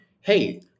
hey